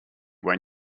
when